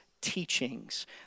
teachings